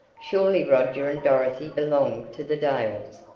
surely roger and dorothy belonged to the dales,